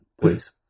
please